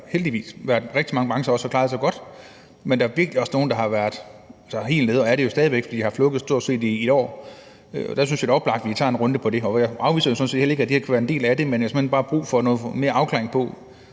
også været rigtig mange brancher, der har klaret sig godt, men der er virkelig også nogle, der har været helt nede og stadig væk er det, fordi de jo stort set har haft lukket i et år. Og der synes jeg da, det er oplagt, at vi tager en runde om det. Jeg afviser jo sådan set heller ikke, at det her kunne være en del af det, men jeg har simpelt hen bare brug for noget mere afklaring,